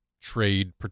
trade